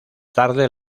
tarde